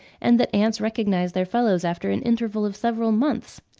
and that ants recognise their fellows after an interval of several months.